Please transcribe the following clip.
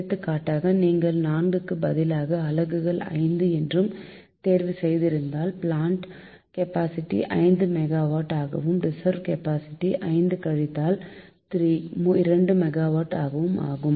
எடுத்துக்காட்டாக நீங்கள் 4க்கு பதிலாக அலகுகள் 5 என்று தேர்வு செய்திருந்தால் பிளான்ட் கப்பாசிட்டி 5 மெகாவாட் ஆகவும் ரிசர்வ் கப்பாசிட்டி 5 கழித்தல் 3 2 மெகாவாட் ஆகவும் இருக்கும்